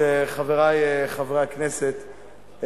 חברי חברי הכנסת,